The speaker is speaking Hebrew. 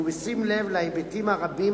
ובשים לב להיבטים הרבים